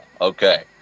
okay